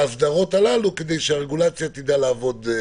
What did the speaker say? ההסדרות הללו כדי שהרגולציה תדע לעבוד.